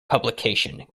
publication